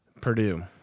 Purdue